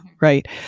Right